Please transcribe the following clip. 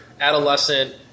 adolescent